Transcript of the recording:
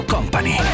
Company